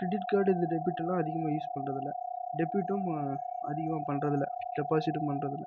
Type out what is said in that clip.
credit card இந்த டெபிட்டெல்லாம் அதிகாமாக யூஸ் பண்ணுறதில்ல டெபிட்டும் அதிகமாக பண்ணுறதில்ல டெப்பாசிட்டும் பண்ணுறதில்ல